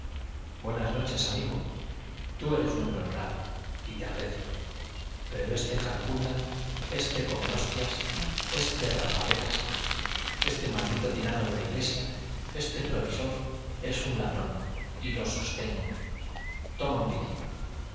buenas noches amigo tú eres un hombre honrado y te aprecio pero este carcunda este comehostias este rapa velas este maldito tirano de la iglesia este provisor es un ladrón y lo sostengo toma un pitillo